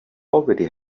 already